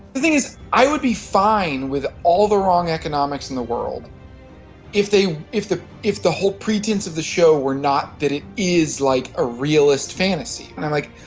the thing is i would be fine with all the wrong economics in the world if they if the if the whole pretense of the show were not that it is like a realist fantasy. and i'm like,